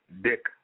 dick